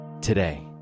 today